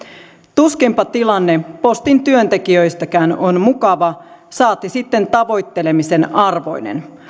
tuskinpa tilanne postin työntekijöistäkään on mukava saati sitten tavoittelemisen arvoinen